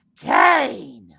Kane